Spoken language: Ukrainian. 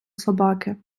собаки